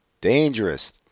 Dangerous